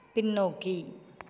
பின்னோக்கி